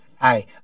Hi